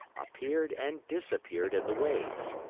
appeared and disappeared in the waves.